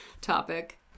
topic